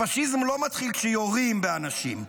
הפשיזם לא מתחיל כשיורים באנשים,